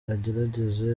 agerageze